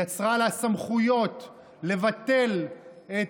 יצרה לה סמכויות לבטל את